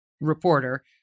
reporter